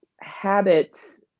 habits